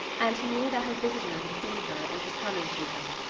and knew that her visitor had seen her, and was coming to her.